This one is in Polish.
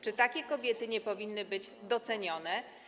Czy takie kobiety nie powinny być docenione?